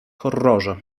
horrorze